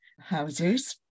houses